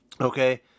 Okay